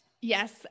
Yes